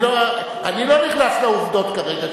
אני לא נכנס לעובדות כרגע.